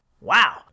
wow